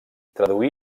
traduí